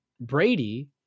Brady